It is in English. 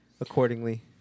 accordingly